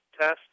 test